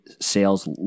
sales